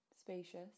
spacious